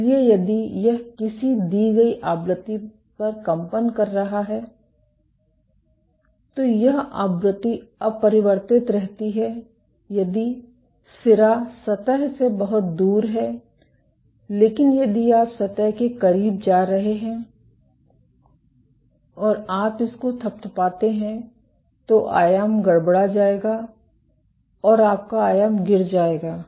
इसलिए यदि यह किसी दी गई आवृत्ति पर कंपन कर रहा है तो यह आवृत्ति अपरिवर्तित रहती है यदि सिरा सतह से बहुत दूर है लेकिन यदि आप सतह के करीब जा रहे हैं और आप इसको थपथपाते हैं तो आयाम गड़बड़ा जाएगा और आपका आयाम गिर जाएगा